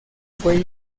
fue